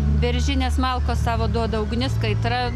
beržinės malkos savo duoda ugnis kaitra